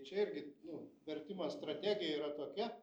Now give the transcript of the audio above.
tai čia irgi nu vertimo strategija yra tokia